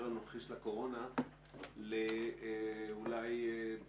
הנוכחי של הקורונה למשהו שהוא נורמלי,